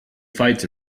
fights